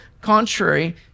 contrary